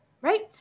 right